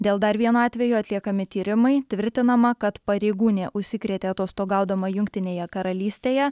dėl dar vieno atvejo atliekami tyrimai tvirtinama kad pareigūnė užsikrėtė atostogaudama jungtinėje karalystėje